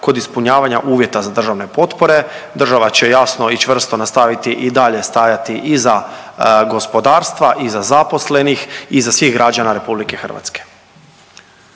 kod ispunjavanja uvjeta za državne potpore. Država će jasno i čvrsto nastaviti i dalje stajati iza gospodarstva, iza zaposlenih i iza svih građana RH.